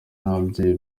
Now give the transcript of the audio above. n’ababyeyi